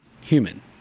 human